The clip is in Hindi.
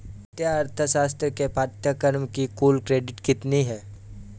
वित्तीय अर्थशास्त्र के पाठ्यक्रम की कुल क्रेडिट कितनी है?